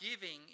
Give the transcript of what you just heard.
giving